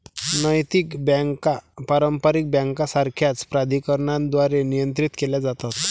नैतिक बँका पारंपारिक बँकांसारख्याच प्राधिकरणांद्वारे नियंत्रित केल्या जातात